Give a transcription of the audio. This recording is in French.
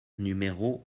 numéro